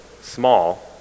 small